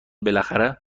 بالاخره